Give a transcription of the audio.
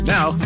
Now